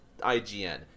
IGN